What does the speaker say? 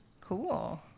Cool